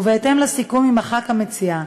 ובהתאם לסיכום עם הח"כ המציע,